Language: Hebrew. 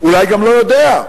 אולי גם לא יודע.